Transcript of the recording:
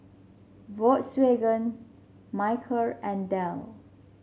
Volkswagen Mediheal and Dell